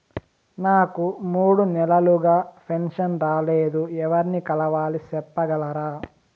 నాకు మూడు నెలలుగా పెన్షన్ రాలేదు ఎవర్ని కలవాలి సెప్పగలరా?